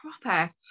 proper